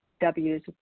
W's